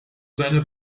seine